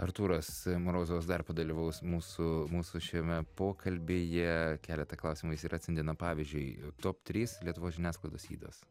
artūras morozovas dar padalyvaus mūsų mūsų šiame pokalbyje keleta klausimų jis ir atsiuntė na pavyzdžiui top trys lietuvos žiniasklaidos ydos